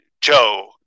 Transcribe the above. Joe